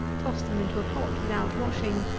toss them into a pot without washing,